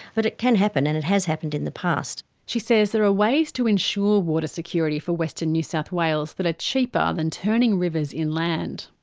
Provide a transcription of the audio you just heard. but it can happen and it has happened in the past. she says there are ways to ensure water security for western new south wales that are cheaper than turning rivers inland.